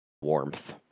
warmth